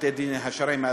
בתי-הדין השרעיים,